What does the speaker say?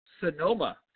Sonoma